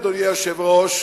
אדוני היושב-ראש,